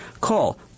Call